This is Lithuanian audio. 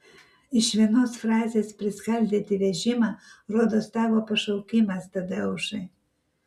iš vienos frazės priskaldyti vežimą rodos tavo pašaukimas tadeušai